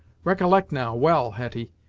recollect now, well, hetty,